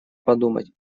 подумать